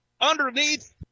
underneath